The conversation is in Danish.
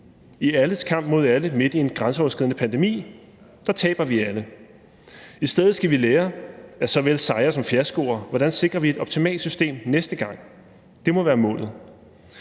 I alles kamp mod alle midt i en grænseoverskridende pandemi taber vi alle. I stedet skal vi lære af såvel sejre som fiaskoer, hvordan vi sikrer et optimalt system næste gang. Det må være målet.